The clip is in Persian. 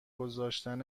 گذاشتن